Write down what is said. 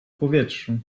powietrzu